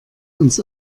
uns